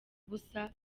busa